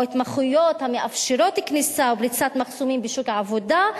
או התמחויות המאפשרות כניסה ופריצת מחסומים בשוק העבודה,